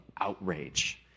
outrage